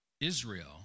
Israel